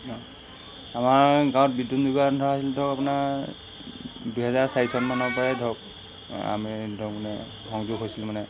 আমাৰ গাঁৱত বিদ্যুত ধৰক আপোনাৰ দুহেজাৰ চাৰি চনমানৰপৰাই ধৰক আমি ধৰক মানে সংযোগ হৈছিলোঁ মানে